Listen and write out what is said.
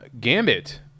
Gambit